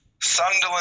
Sunderland